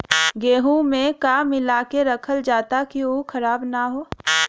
गेहूँ में का मिलाके रखल जाता कि उ खराब न हो?